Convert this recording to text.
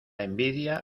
envidia